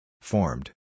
Formed